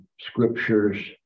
scriptures